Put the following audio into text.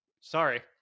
sorry